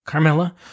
Carmela